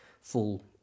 full